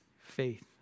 faith